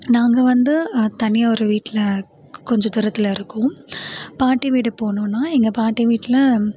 நாங்கள் வந்து தனியாக ஒரு வீட்டில கொஞ்ச தூரத்தில் இருக்கோம் பாட்டி வீடு போகணுன்னா எங்கள் பாட்டி வீட்டில